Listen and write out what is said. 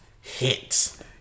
hits